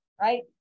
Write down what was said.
right